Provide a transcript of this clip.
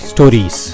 Stories